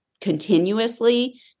continuously